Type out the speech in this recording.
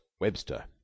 Webster